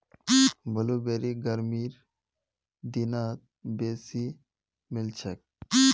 blueberry गर्मीर दिनत बेसी मिलछेक